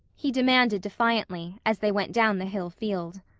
he demanded defiantly, as they went down the hill field.